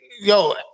yo